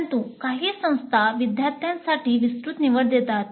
परंतु काही संस्था विद्यार्थ्यांसाठी विस्तृत निवड देतात